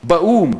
באו"ם,